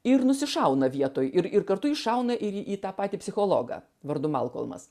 ir nusišauna vietoj ir ir kartu iššauna ir į tą patį psichologą vardu malkolmas